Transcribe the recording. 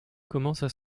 commencent